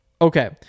Okay